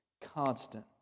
constant